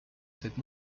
cette